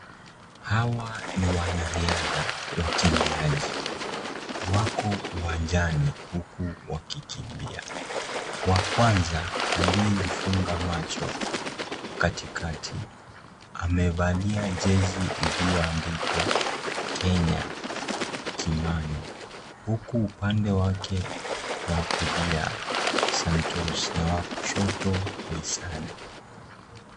Hawa ni wanariadha wakimbiaji. Wako uwanjani huku wakikimbia. Wa kwanza aliyejifunga macho, katikati amevalia jezi iliyoandikwa, Kenya Kimani, huku upande wake wa kulia Santos na wa kushoto ni sang.